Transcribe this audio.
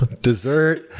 dessert